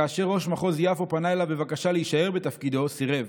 כאשר ראש מחוז יפו פנה אליו בבקשה להישאר בתפקידו הוא סירב.